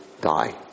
die